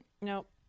Nope